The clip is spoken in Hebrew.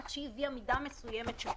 כך שהיא הביאה מידה מסוימת של תחרות.